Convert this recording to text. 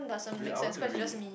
wait I want to read